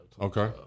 Okay